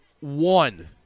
one